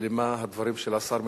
למה הדברים של השר מכוונים,